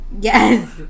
Yes